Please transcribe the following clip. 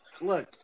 look